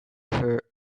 her